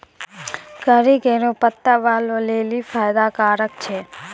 करी केरो पत्ता बालो लेलि फैदा कारक छै